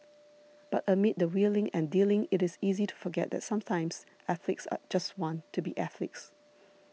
but amid the wheeling and dealing it is easy to forget that sometimes athletes just want to be athletes